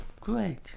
Great